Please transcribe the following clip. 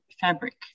fabric